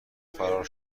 فرار